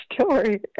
story